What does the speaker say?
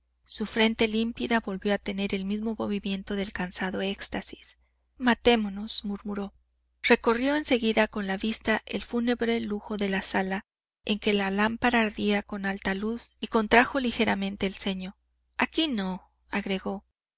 su frente límpida volvió a tener el mismo movimiento de cansado éxtasis matémonos murmuró recorrió en seguida con la vista el fúnebre lujo de la sala en que la lámpara ardía con alta luz y contrajo ligeramente el ceño aquí